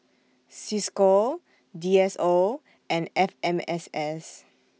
CISCO D S O and F M S S